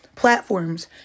platforms